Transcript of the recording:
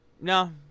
No